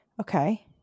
Okay